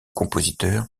compositeur